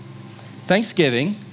thanksgiving